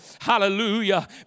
hallelujah